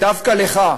דווקא לך,